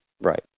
Right